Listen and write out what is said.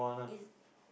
is